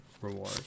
reward